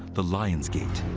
the lion's gate.